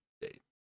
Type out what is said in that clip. date